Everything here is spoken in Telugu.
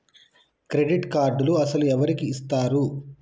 క్రెడిట్ కార్డులు అసలు ఎవరికి ఇస్తారు?